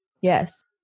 yes